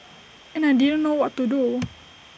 and I didn't know what to do